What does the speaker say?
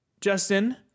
Justin